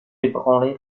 ébranlé